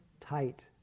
Tight